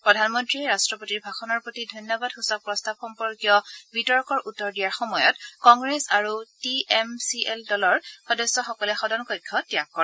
প্ৰধানমন্নীয়ে ৰট্টপতিৰ ভাষণৰ প্ৰতি ধন্যাবাদ সূচক প্ৰস্তাৱ সম্পৰ্কীয় বিতৰ্কৰ উত্তৰ দিয়াৰ সময়ত কংগ্ৰেছ আৰু টি এম ছি দলৰ সাংসদসকলে সদনকক্ষ ত্যাগ কৰে